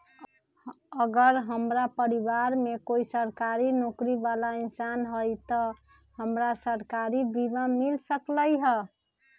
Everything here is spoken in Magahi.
अगर हमरा परिवार में कोई सरकारी नौकरी बाला इंसान हई त हमरा सरकारी बीमा मिल सकलई ह?